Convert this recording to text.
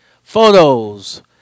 Photos